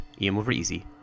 EMOVEREASY